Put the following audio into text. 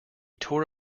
tore